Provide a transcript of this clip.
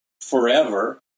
forever